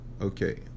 okay